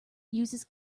uses